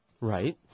Right